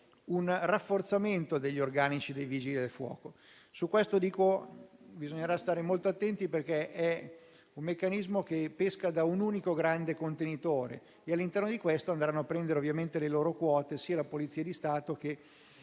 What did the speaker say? un rafforzamento degli organici dei Vigili del fuoco. Su questo bisognerà stare molto attenti perché è un meccanismo che pesca da un unico grande contenitore, all'interno del quale andranno a prendere le loro quote sia la Polizia di Stato che